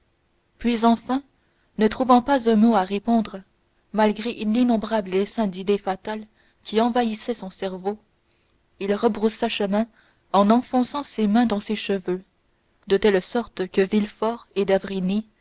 puis enfin ne trouvant pas un mot à répondre malgré l'innombrable essaim d'idées fatales qui envahissaient son cerveau il rebroussa chemin en enfonçant ses mains dans ses cheveux de telle sorte que villefort et